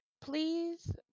Please